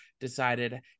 decided